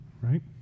Right